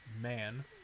man